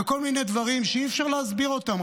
כל מיני דברים שאי-אפשר להסביר אותם,